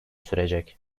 sürecek